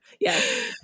Yes